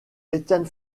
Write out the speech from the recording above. étienne